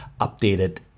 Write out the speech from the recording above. updated